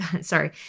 sorry